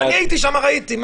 אני הייתי שם וראיתי.